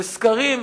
וסקרים,